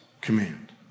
command